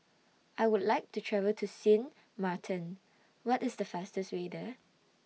I Would like to travel to Sint Maarten What IS The fastest Way There